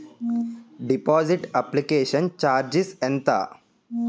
Deposit application charges ఎంత?